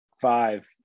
five